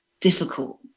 difficult